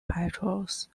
patrols